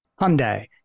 Hyundai